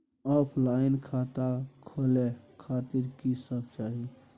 Offline खाता खोले खातिर की सब चाही?